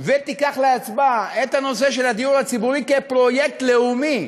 ותיקח על עצמה את הנושא של הדיור הציבורי כפרויקט לאומי,